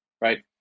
right